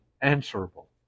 answerable